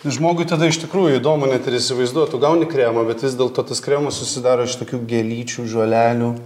žmogui tada iš tikrųjų įdomu net ir įsivaizduot tu gauni kremą bet vis dėlto tas kremas susidaro iš tokių gėlyčių žolelių